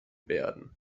werden